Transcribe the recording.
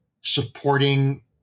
supporting